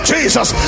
Jesus